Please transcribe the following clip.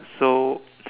so